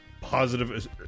positive